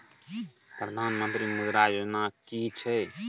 प्रधानमंत्री मुद्रा योजना कि छिए?